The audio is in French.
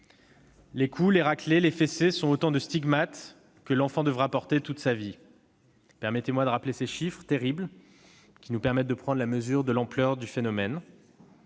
Les coups, les raclées, les fessées sont autant de stigmates que l'enfant devra porter toute sa vie. Je rappellerai ces chiffres, terribles, qui nous permettent de prendre la mesure de l'ampleur du phénomène